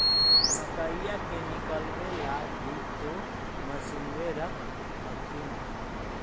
मकईया के निकलबे ला भी तो मसिनबे रख हखिन?